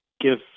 give